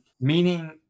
Meaning